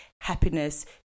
happiness